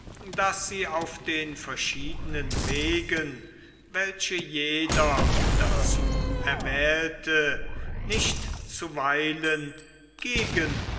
daß sie auf den verschiedenen wegen welche jeder dazu erwählte nicht zuweilen gegen